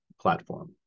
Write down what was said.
platform